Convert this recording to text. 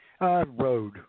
road